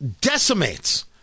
decimates